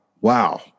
Wow